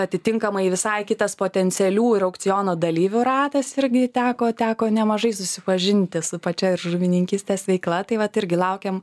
atitinkamai visai kitas potencialių ir aukciono dalyvių ratas irgi teko teko nemažai susipažinti su pačia ir žuvininkystės veikla tai vat irgi laukiam